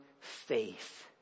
faith